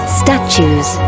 statues